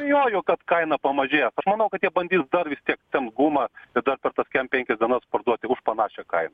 abejoju kad kaina pamažės aš manau kad jie bandys dar vistiek ten gumą bet dar per tas kiam penkias dienas parduoti už panašią kainą